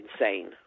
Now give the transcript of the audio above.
insane